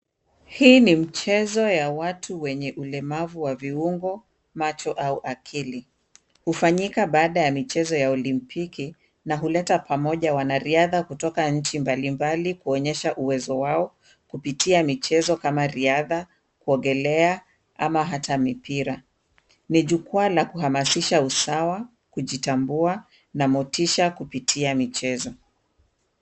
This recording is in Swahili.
Hii ni mchezo ya watu wenye ulemavu wa viungo macho au akili. Hufanyika baada ya michezo ya Olimpiki na huleta pamoja wanariadha kutoka nchi mbalimbali kuonyesha uwezo wao kupitia michezo kama riadha, kuogelea, ama hata mipira. Ni jukwaa la kuhamasisha usawa, kujitambua, na motisha kupitia michezo.